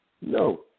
No